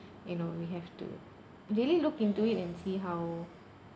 you know we have to really look into it and see how